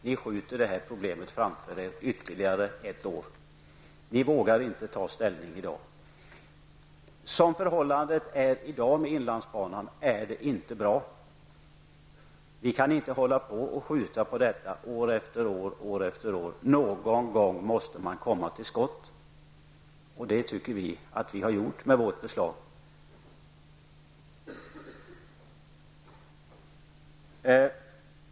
Ni skjuter problemet framför er ytterligare ett år. Förhållandet för inlandsbanan är inte bra i dag. Vi kan inte skjuta på detta problem år efter år. Någon gång måste man komma till skott. Det tycker vi att vi har gjort med vårt förslag.